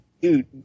Dude